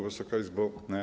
Wysoka Izbo!